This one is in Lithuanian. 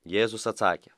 jėzus atsakė